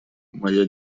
моя